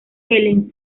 helen